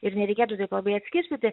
ir nereikėtų taip labai atskirstyti